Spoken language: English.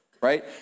right